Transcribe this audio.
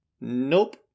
Nope